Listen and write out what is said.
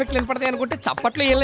in front of and but but but me